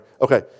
Okay